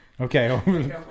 Okay